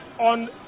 on